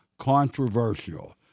controversial